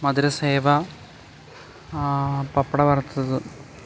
മധുരസേവ പപ്പട വറുത്തത്